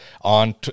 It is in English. on